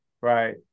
right